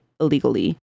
illegally